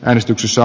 äänestyksissä